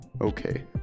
Okay